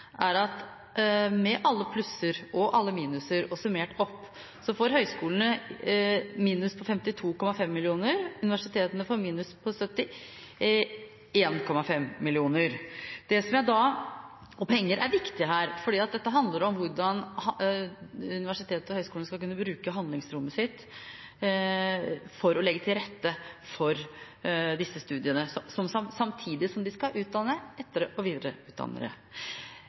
er at med alle plusser, alle minuser og summert opp får høyskolene 52,5 mill. kr mindre, universitetene får 71,5 mill. kr mindre. Penger er viktig her, for dette handler om hvordan universitetene og høyskolene skal kunne bruke handlingsrommet sitt for å legge til rette for disse studiene, samtidig som de skal etter- og